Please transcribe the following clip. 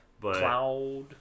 Cloud